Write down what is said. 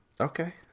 Okay